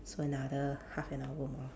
so another half an hour more